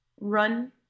run